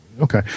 okay